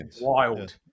wild